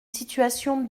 situation